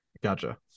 gotcha